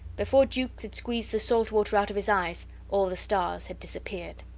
before jukes had squeezed the salt water out of his eyes all the stars had disappeared.